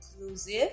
inclusive